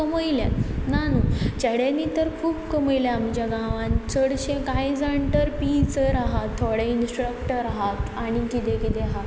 कमयल्या ना न्हू चेडनी तर खूब कमयल्या आमच्या गांवान चडशें कांय जाण तर पी जर आहात थोडे इंस्ट्रक्टर आहात आनी किदें किदं आहा